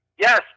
Yes